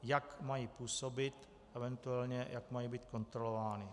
Jak mají působit, eventuálně jak mají být kontrolovány.